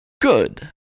Good